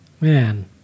Man